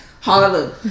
Hallelujah